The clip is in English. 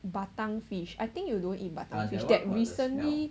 batang fish I think you don't eat batang fish that recently